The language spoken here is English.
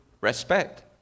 respect